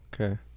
okay